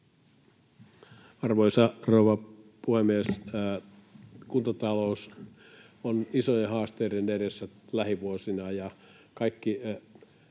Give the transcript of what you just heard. Arvoisa rouva puhemies! Kuntatalous on isojen haasteiden edessä lähivuosina.